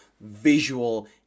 visual